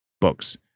Books